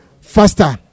faster